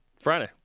Friday